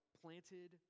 planted